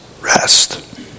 rest